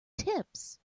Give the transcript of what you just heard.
tips